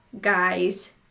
guys